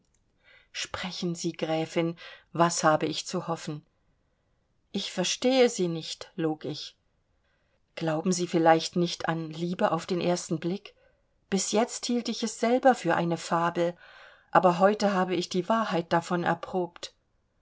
sprechen sie gräfin was habe ich zu hoffen ich verstehe sie nicht log ich glauben sie vielleicht nicht an liebe auf den ersten blick bis jetzt hielt ich es selber für eine fabel aber heute habe ich die wahrheit davon erprobt